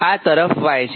આ તરફ Y છે